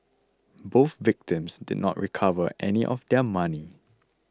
both victims did not recover any of their money